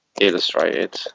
illustrated